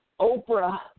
Oprah